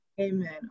Amen